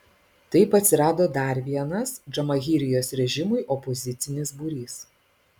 taip atsirado dar vienas džamahirijos režimui opozicinis būrys